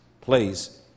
please